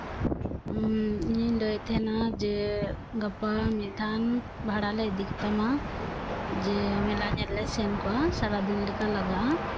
ᱤᱧᱤᱧ ᱞᱟᱹᱭᱮᱫ ᱛᱟᱦᱮᱸᱱᱟ ᱡᱮ ᱜᱟᱯᱟ ᱢᱤᱫ ᱫᱷᱟᱣ ᱵᱷᱟᱲᱟ ᱞᱮ ᱤᱫᱤ ᱠᱮᱛᱟᱢᱟ ᱡᱮ ᱢᱮᱞᱟ ᱧᱮᱞ ᱞᱮ ᱥᱮᱱ ᱠᱚᱜᱼᱟ ᱥᱟᱨᱟ ᱫᱤᱱ ᱞᱮᱠᱟ ᱞᱟᱜᱟᱜᱼᱟ